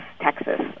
Texas